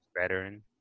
Veteran